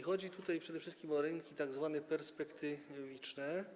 Chodzi tutaj przede wszystkim o rynki tzw. perspektywiczne.